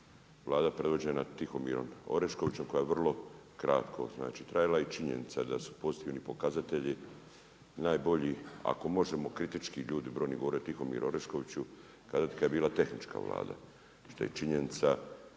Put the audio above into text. Vlada predvođena Tihomirom Oreškovićem koja je vrlo kratko znači trajala i činjenica je da su pozitivni pokazatelji najbolji. Ako možemo kritički ljudi brojni govore o Tihomiru Oreškoviću kazati kada je bila tehnička Vlada